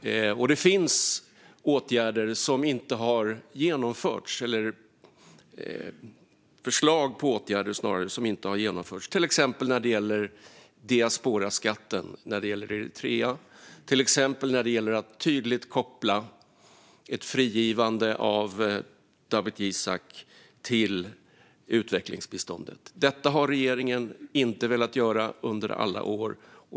Och det finns förslag på åtgärder som inte har genomförts, till exempel när det gäller diasporaskatten i fråga om Eritrea och när det gäller att tydligt koppla ett frigivande av Dawit Isaak till utvecklingsbiståndet. Under alla år har regeringen inte velat göra detta.